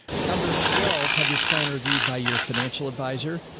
number twelve, have your planner view by your financial advisor?